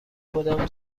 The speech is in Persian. کدام